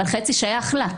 אבל חצי שייך לה,